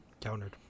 Countered